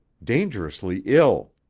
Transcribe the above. dangerously ill.